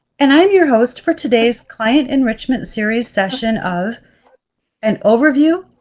and i am your host for today's client enrichment series session of an overview